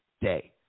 day